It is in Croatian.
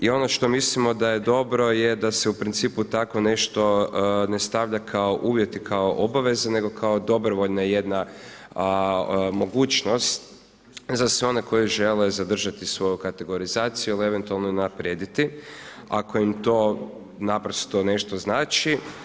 I ono što mislimo da je dobro je da se u principu takvo nešto ne stavlja kao uvjeti, kao obaveza nego kao dobrovoljna jedna mogućnost za sve one koji žele zadržati svu ovu kategorizaciju ili eventualno unaprijediti ako im to naprosto nešto znači.